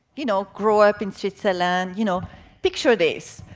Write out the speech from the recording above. you know grow up in switzerland. you know picture this.